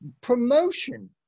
promotion